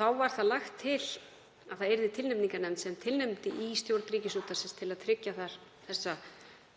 var lagt til að það yrði tilnefningarnefnd sem tilnefndi í stjórn Ríkisútvarpsins til að tryggja slíka